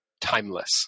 timeless